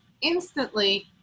instantly